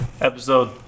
episode